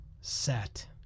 set